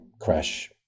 crash